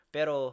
Pero